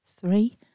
three